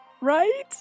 Right